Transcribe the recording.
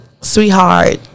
sweetheart